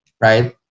right